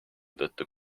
tõttu